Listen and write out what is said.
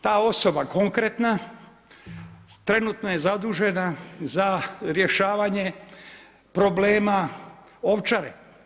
Ta osoba konkretna trenutno je zadužena za rješavanje problema Ovčare.